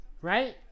right